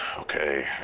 Okay